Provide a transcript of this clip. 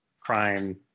crime